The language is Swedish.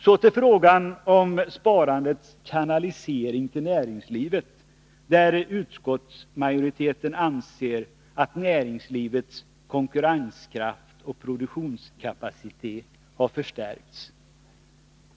Så till frågan om sparandets kanalisering till näringslivet, där utskottsmajoriteten anser att näringslivets konkurrenskraft och produktionskapacitet har förstärkts.